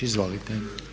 Izvolite.